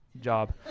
Job